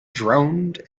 droned